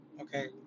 Okay